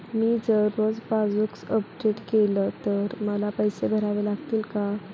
मी जर रोज passbook update केले तर मला पैसे भरावे लागतील का?